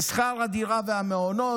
זה שכר הדירה והמעונות,